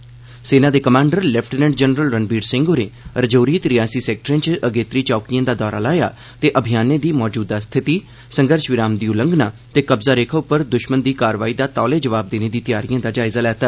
सेना दे commander lieutenant general Ranveer Singh होरें राजौरी ते रियासी सेक्टरें च अगेत्री चौकिएं दा दौरा लाया ते अभियानें दी मौजूदगी स्थिति संघर्श विराम दी उल्लंघना ते कब्जा रेखा पर दुष्मन दी कार्रवाई दा तौले जवाब देने दी त्यारिएं दा जायज़ा लैता